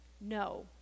No